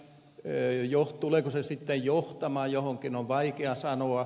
tuleeko se sitten johtamaan johonkin on vaikea sanoa